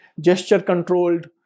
gesture-controlled